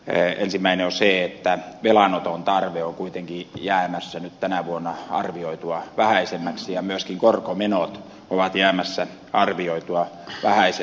ensimmäinen on se että velanoton tarve on kuitenkin jäämässä nyt tänä vuonna arvioitua vähäisemmäksi ja myöskin korkomenot ovat jäämässä arvioitua vähäisemmiksi